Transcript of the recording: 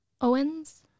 owens